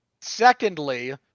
Secondly